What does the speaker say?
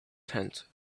tent